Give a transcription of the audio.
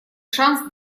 шанс